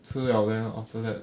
吃 liao then after that